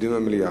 דיון במליאה.